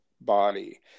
body